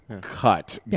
cut